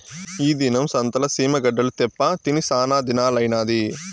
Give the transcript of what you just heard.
ఈ దినం సంతల సీమ గడ్డలు తేప్పా తిని సానాదినాలైనాది